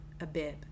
Abib